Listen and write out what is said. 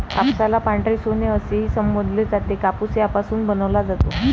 कापसाला पांढरे सोने असेही संबोधले जाते, कापूस यापासून बनवला जातो